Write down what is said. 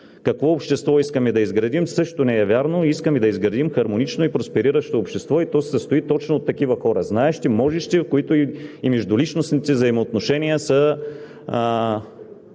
Какво общество искаме да изградим? Също не е вярно. Искаме да изградим хармонично и проспериращо общество и то се състои точно от такива хора – знаещи, можещи, в които и междуличностните взаимоотношения ни